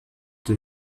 que